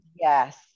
yes